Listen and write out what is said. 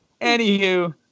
Anywho